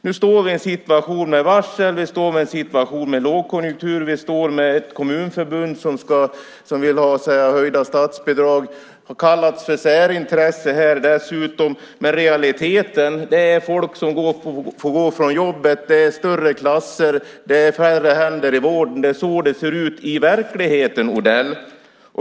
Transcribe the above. Nu befinner vi oss i en situation med varsel, med lågkonjunktur och med ett kommunförbund som vill ha en höjning av statsbidragen och som dessutom här har kallats för ett särintresse. Realiteten är att folk får gå från jobbet, att det är större klasser och att det är färre händer i vården. Det är så det ser ut i verkligheten, Odell.